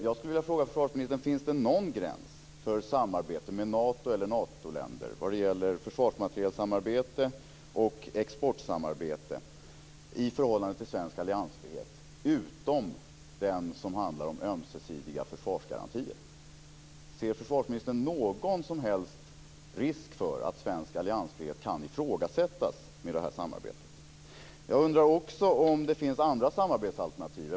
Jag skulle vilja fråga försvarsministern: Finns det någon gräns för samarbete med Nato eller Natoländer vad gäller försvarsmaterielsamarbete och exportsamarbete i förhållande till svensk alliansfrihet utom den som handlar om ömsesidiga försvarsgarantier? Ser försvarsministern någon som helst risk för att svensk alliansfrihet kan ifrågasättas med det här samarbetet? Jag undrar också om det finns andra samarbetsalternativ.